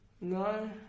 No